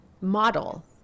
model